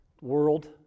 world